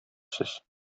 сез